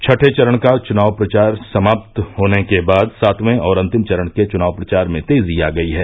छठें चरण का चुनाव प्रचार समाप्त होने के बाद सातवें और अन्तिम चरण के चुनाव प्रचार में तेजी आ गयी है